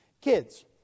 Kids